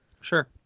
Sure